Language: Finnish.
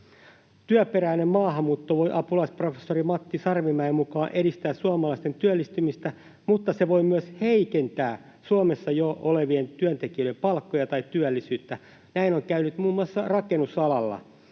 Työperäinen maahanmuutto voi apulaisprofessori Matti Sarvimäen mukaan edistää suomalaisten työllistymistä, mutta se voi myös heikentää Suomessa jo olevien työntekijöiden palkkoja tai työllisyyttä. Näin on käynyt muun muassa rakennusalalla.